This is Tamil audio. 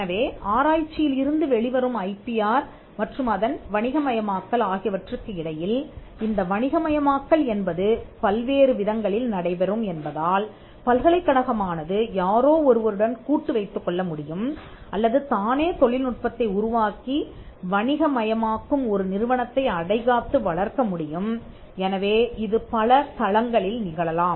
எனவே ஆராய்ச்சியில் இருந்து வெளிவரும் ஐபிஆர் மற்றும் அதன் வணிகமயமாக்கல் ஆகியவற்றுக்கு இடையில்இந்த வணிகமயமாக்கல் என்பது பல்வேறு விதங்களில் நடைபெறும் என்பதால் பல்கலைக்கழகமானது யாரோ ஒருவருடன் கூட்டு வைத்துக் கொள்ள முடியும் அல்லது தானே தொழில்நுட்பத்தை உருவாக்கி வணிக மயமாக்கும் ஒரு நிறுவனத்தை அடைகாத்து வளர்க்க முடியும் எனவே இது பல தளங்களில் நிகழலாம்